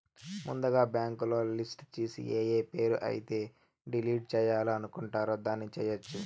ముందుగా బ్యాంకులో లిస్టు చూసి ఏఏ పేరు అయితే డిలీట్ చేయాలి అనుకుంటారు దాన్ని చేయొచ్చు